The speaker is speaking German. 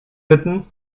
bitten